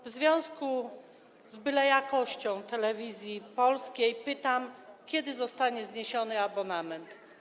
W związku z bylejakością Telewizji Polskiej pytam: Kiedy zostanie zniesiony abonament?